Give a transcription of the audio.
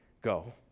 go